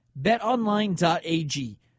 betonline.ag